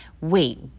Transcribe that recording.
wait